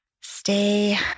Stay